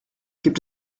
gibt